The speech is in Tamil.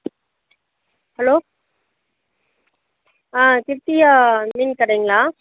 ஹலோ ஆ கிர்த்திகா மீன் கடைங்களா